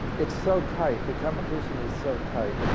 it's so tight. the competition is so tight,